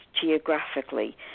geographically